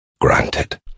granted